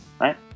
Right